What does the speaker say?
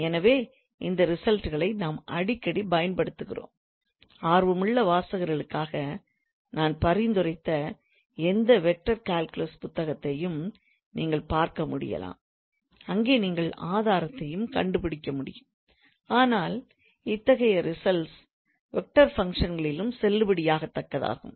எனவே இந்த ரிசல்ட் களைத் தான் நாம் அடிக்கடி பயன்படுத்துகிறோம் ஆர்வமுள்ள வாசகர்களுக்காக நான் பரிந்துரைத்த எந்த வெக்டார் கால்குலஸ் புத்தகத்தையும் நீங்கள் பார்க்க முடியலாம் அங்கே நீங்கள் ஆதாரத்தையும் கண்டுபிடிக்க முடியும் ஆனால் இத்தகைய ரிசல்ட்ஸ் வெக்டார் ஃபங்க்ஷன் களிலும் செல்லுபடியாகத்தக்கதாகும்